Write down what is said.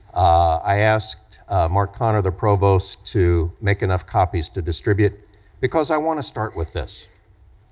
i asked marc conner, the provost, to make enough copies to distribute because i wanna start with this.